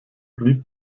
blieb